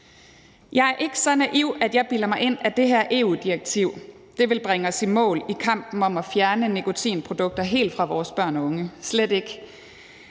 Jeg er ikke så naiv, at jeg bilder mig ind, at det her EU-direktiv vil bringe os i mål i kampen om at fjerne nikotinprodukter helt fra vores børn og unge, slet ikke.